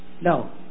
No